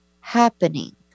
happening